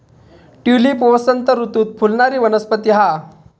tulip वसंत ऋतूत फुलणारी वनस्पती हा